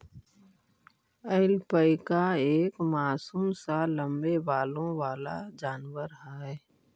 alpaca एक मासूम सा लम्बे बालों वाला जानवर है